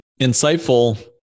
insightful